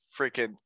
freaking